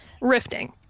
rifting